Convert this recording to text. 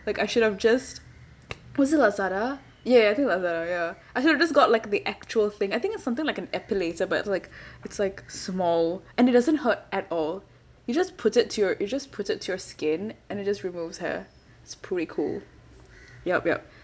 like I should have just was it Lazada ya ya I think lazada ya I should have just got like the actual thing I think it's something like an epilator but it's like it's like small and it doesn't hurt at all you just put it to your you just put it to your skin and it just removes hair it's pretty cool yup yup